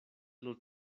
los